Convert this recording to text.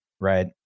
right